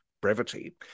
brevity